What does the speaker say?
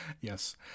Yes